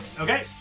Okay